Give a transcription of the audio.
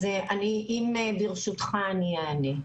אז ברשותך אני אענה.